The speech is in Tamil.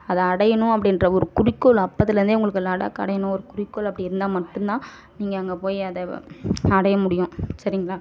அதை அடையணும் அப்படின்ற ஒரு குறிக்கோள் அப்போத்துலருந்தே உங்களுக்கு லடாக்கை அடையணும் ஒரு குறிக்கோள் அப்படி இருந்தால் மட்டும் தான் நீங்கள் அங்கே போய் அதை அடைய முடியும் சரிங்களா